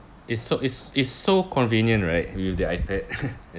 it's so it's it's so convenient right with the ipad